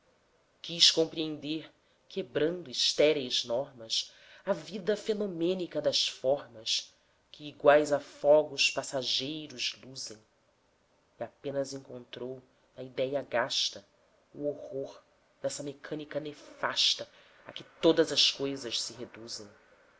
quis compreender quebrando estéreis normas a vida fenomênica das formas que iguais a fogos passageiros luzem e apenas encontrou na idéia gasta o horror dessa mecânica nefasta a que todas as coisas se reduzem